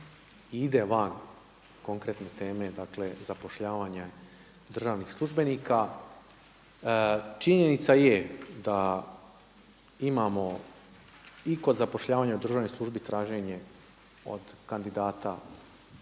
i ide van konkretne teme zapošljavanje državnih službenika. Činjenica je da imamo i kod zapošljavanja u državnoj službi traženje od kandidati